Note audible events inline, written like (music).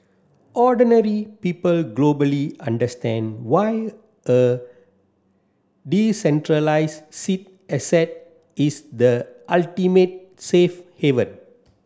ordinary people globally understand why a decentralised (unintelligible) asset is the ultimate safe haven